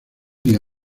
día